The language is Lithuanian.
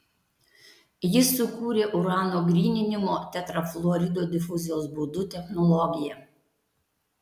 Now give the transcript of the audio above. jis sukūrė urano gryninimo tetrafluorido difuzijos būdu technologiją